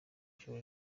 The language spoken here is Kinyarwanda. ijuru